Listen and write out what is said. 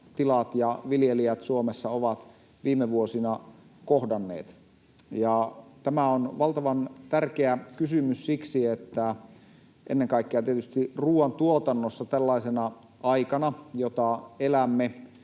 tilat ja viljelijät Suomessa ovat viime vuosina kohdanneet. Tämä on valtavan tärkeä kysymys siksi, että tällaisena aikana, jota elämme